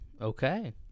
Okay